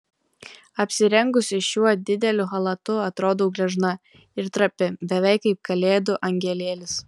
apsirengusi šiuo dideliu chalatu atrodau gležna ir trapi beveik kaip kalėdų angelėlis